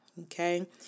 Okay